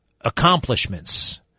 accomplishments